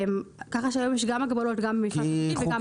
כך שהיום יש הגבלות גם במפרט האחיד וגם במפרט הרשותי.